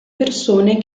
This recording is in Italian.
persone